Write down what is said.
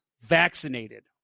vaccinated